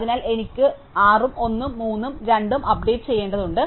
അതിനാൽ എനിക്ക് 6 ഉം 1 ഉം 3 ഉം 2 ഉം അപ്ഡേറ്റ് ചെയ്യേണ്ടതുണ്ട്